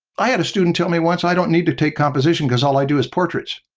i had a student tell me once, i don't need to take composition because all i do is portraits.